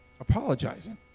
apologizing